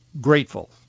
grateful